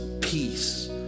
peace